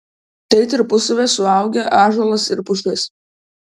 tai tarpusavyje suaugę ąžuolas ir pušis